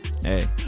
Hey